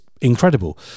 incredible